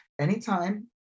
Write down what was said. anytime